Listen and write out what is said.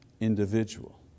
individual